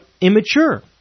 immature